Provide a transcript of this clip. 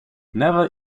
never